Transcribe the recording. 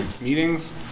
meetings